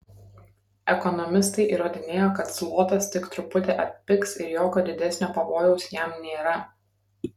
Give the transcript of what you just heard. ekonomistai įrodinėjo kad zlotas tik truputį atpigs ir jokio didesnio pavojaus jam nėra